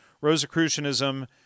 Rosicrucianism